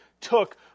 took